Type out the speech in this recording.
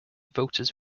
voters